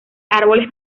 árboles